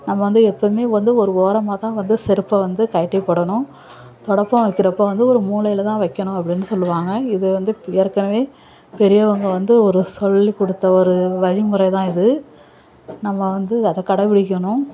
நம்ம வந்து எப்போமே வந்து ஒரு ஓரமாக தான் வந்து செருப்பை வந்து கழட்டிப் போடணும் துடப்பம் வைக்கிறப்போ வந்து ஒரு மூலையில் தான் வைக்கணும் அப்படினு சொல்லுவாங்க இது வந்து ஏற்கனவே பெரியவங்க வந்து ஒரு சொல்லிக் கொடுத்த ஒரு வழிமுறைதான் இது நம்ம வந்து அதை கடைபிடிக்கணும்